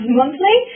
monthly